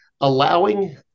allowing